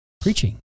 preaching